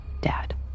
Dad